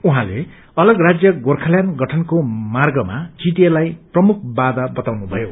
उहाँले अलग राष्य गोर्खाल्याण्ड गठनको र्मागमा जीटीए लाई प्रमुख बाधा बताउनुभयो